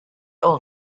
all